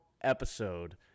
episode